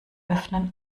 öffnen